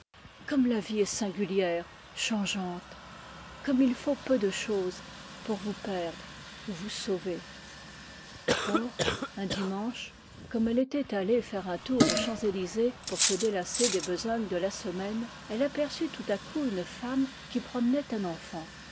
comme la vie est sincrulière chano eante comme il faut peu de chose pour vous perdre ou vous sauver or un dimanche comme elle était allée faire un tour aux champs-elysées pour se délasser des besognes de la semaine elle aperçut tout à coup une femme qui promenait un enfant